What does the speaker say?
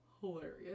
hilarious